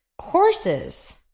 Horses